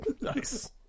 Nice